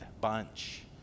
bunch